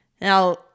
Now